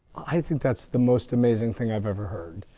i think that's the most amazing thing i've ever heard.